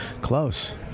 close